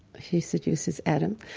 she seduces adam,